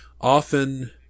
often